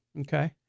okay